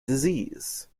disease